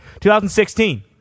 2016